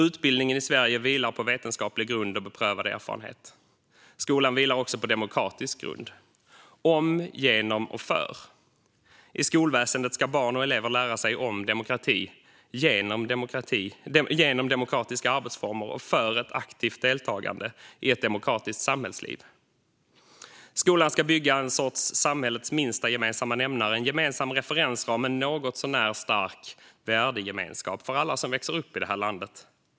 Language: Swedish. Utbildningen i Sverige vilar på vetenskaplig grund och beprövad erfarenhet. Skolan vilar också på demokratisk grund - om, genom och för. I skolväsendet ska barn och elever lära sig om demokrati, genom demokratiska arbetsformer för ett aktivt deltagande i ett demokratiskt samhällsliv. Skolan ska bygga en sorts samhällets minsta gemensamma nämnare, en gemensam referensram och en något så när stark värdegemenskap för alla som växer upp i detta land.